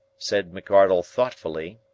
said mcardle thoughtfully,